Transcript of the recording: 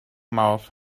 mouth